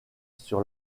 sur